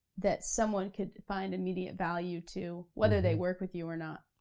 that someone could find immediate value to, whether they work with you or not,